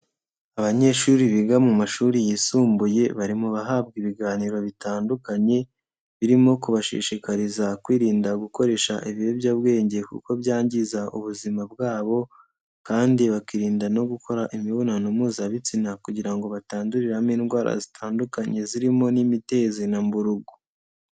Abanyeshuri biga mu mashuri yisumbuye, bari mu bahabwa ibiganiro bitandukanye, birimo kubashishikariza kwirinda gukoresha ibiyobyabwenge kuko byangiza ubuzima bwabo, kandi bakirinda no gukora imibonano mpuzabitsina, kugira ngo batanduriramo indwara zitandukanye zirimo n'imitezi na mburugu.